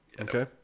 Okay